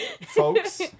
folks